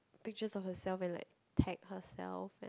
pictures of herself and like tag herself and